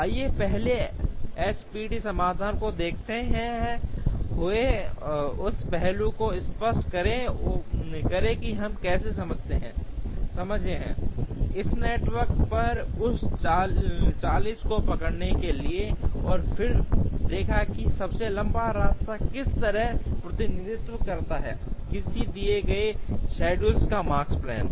आइए पहले एसपीटी समाधान को देखते हुए उस पहलू को स्पष्ट करें कि हम कैसे सक्षम हैं इस नेटवर्क पर उस 40 को पकड़ने के लिए और फिर दिखा कि सबसे लंबा रास्ता किस तरह का प्रतिनिधित्व करता है किसी दिए गए शेड्यूल का माकस्पैन